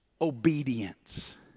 obedience